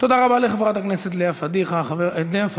תודה לחברת הכנסת לאה פדיחה, לאה פדידה.